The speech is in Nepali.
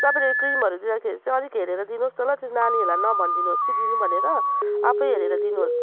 तपाईँले क्रिमहरू दिँदाखेरि चाहिँ अलिक हेरेर दिनुहेस् न ल त्यो नानीहरूलाई नभन्दिनुहोस् कि दिनु भनेर आफै हेरेर दिनुहोस्